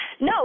No